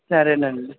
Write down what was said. సరే అండి